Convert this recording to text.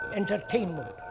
entertainment